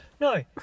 No